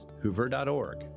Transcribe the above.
hoover.org